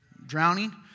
Drowning